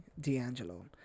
D'Angelo